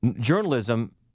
journalism